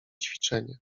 ćwiczenie